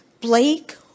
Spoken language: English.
Blake